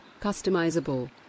customizable